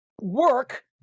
work